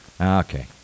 Okay